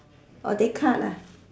oh they cut ah